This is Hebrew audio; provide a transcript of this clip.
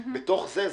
בתוך זה,